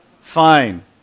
Fine